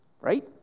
right